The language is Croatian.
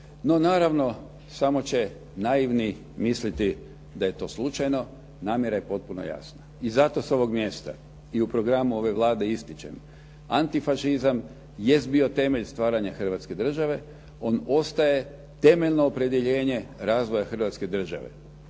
No naravno, samo će naivni misliti da je to slučajno. Namjera je potpuno jasna. I zato sa ovog mjesta i u programu ove Vlade ističem, antifašizam jest bio temelj stvaranja Hrvatske države. On ostaje temeljno opredjeljenje razvoja Hrvatske države,